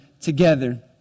together